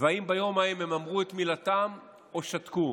והאם ביום ההוא הם אמרו את מילתם או שתקו,